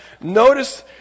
notice